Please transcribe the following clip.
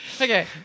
okay